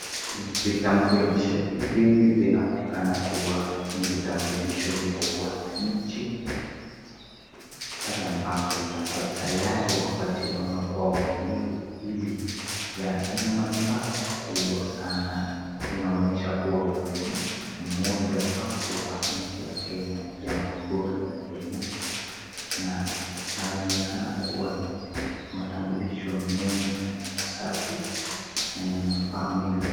Vitambulisho hivi vinaonekana kua ni vitambulisho vya wananchi, pale ambapo yako tayari kupatiwanwa kwa wenyewe ili ya. Ina manufaa makubwa sanaa. Inaonyesha kua wewe ni mmoja wapo wa nchi ya Kenya, Jamhuri ya Kenya. Na yanaonekana kua ni matumbulisho mengi na ni ma safi na ina manufaa mengi zaidi.